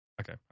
Okay